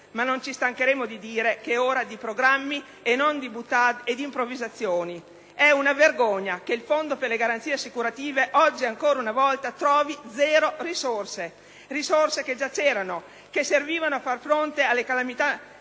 ma non ci stancheremo di dire che è ora di programmi e non di *boutades* e di improvvisazioni. È una vergogna che il fondo per le garanzie assicurative oggi, ancora una volta, trovi zero risorse; risorse che già c'erano, che servivano a far fronte alle calamità